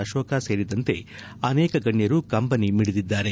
ಅಶೋಕ್ ಸೇರಿದಂತೆ ಅನೇಕ ಗಣ್ಯರು ಕಂಬನಿ ಮಿಡಿದಿದ್ದಾರೆ